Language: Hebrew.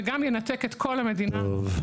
וזה גם ינתק את כל המדינה מחשמל.